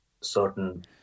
certain